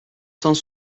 cent